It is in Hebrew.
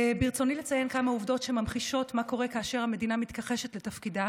ברצוני לציין כמה עובדות שממחישות מה קורה כאשר המדינה מתכחשת לתפקידה